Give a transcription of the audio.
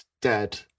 dead